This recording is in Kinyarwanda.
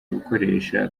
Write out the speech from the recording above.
abakoresha